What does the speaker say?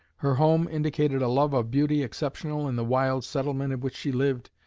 her home indicated a love of beauty exceptional in the wild settlement in which she lived,